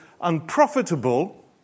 unprofitable